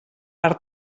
per